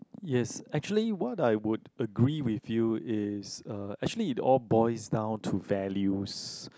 yes actually what I would agree with you is uh actually it all boils down to values